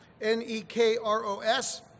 N-E-K-R-O-S